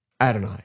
Adonai